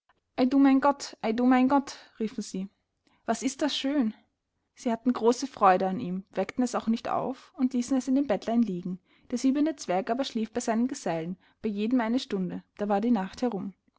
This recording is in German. ei du mein gott ei du mein gott riefen sie was ist das schön sie hatten große freude an ihm weckten es auch nicht auf und ließen es in dem bettlein liegen der siebente zwerg aber schlief bei seinen gesellen bei jedem eine stunde da war die nacht herum